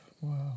Wow